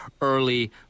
early